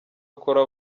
akora